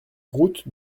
route